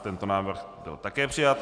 Tento návrh byl také přijat.